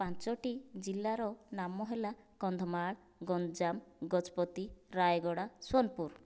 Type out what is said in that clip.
ପାଞ୍ଚଟି ଜିଲ୍ଲାର ନାମ ହେଲା କନ୍ଧମାଳ ଗଞ୍ଜାମ ଗଜପତି ରାୟଗଡ଼ା ସୋନପୁର